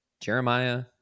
Jeremiah